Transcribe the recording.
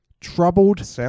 troubled